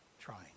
trying